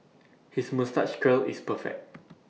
his moustache curl is perfect